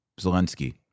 Zelensky